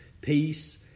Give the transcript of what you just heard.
peace